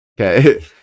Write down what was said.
Okay